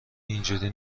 اینجوری